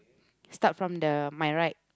start from the my right